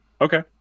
Okay